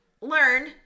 learn